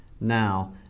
now